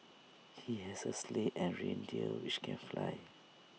he has A sleigh and reindeer which can fly